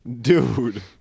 dude